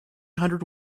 hundred